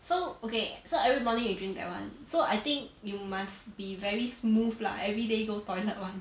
so okay so every morning you drink that one so I think you must be very smooth lah everyday go toilet one